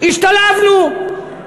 השתלבנו.